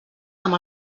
amb